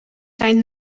zijn